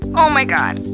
oh my god!